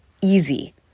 easy